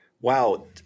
Wow